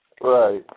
Right